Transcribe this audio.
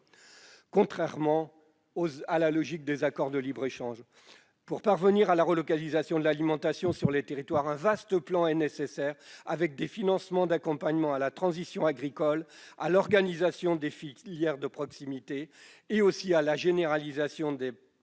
au rebours de la logique des accords de libre-échange. Pour parvenir à la relocalisation de l'alimentation sur les territoires, un vaste plan est nécessaire, assorti de financements pour accompagner la transition agricole, l'organisation des filières de proximité, ainsi que la généralisation des projets